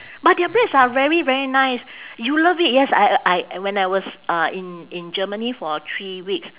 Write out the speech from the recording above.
but their breads are very very nice you love it yes I I when I was uh in in germany for three weeks